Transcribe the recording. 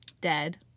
dead